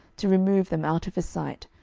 to remove them out of his sight,